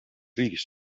riigist